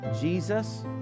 Jesus